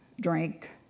drink